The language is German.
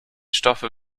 stoffe